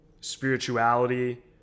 spirituality